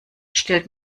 stellt